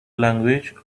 language